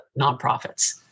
nonprofits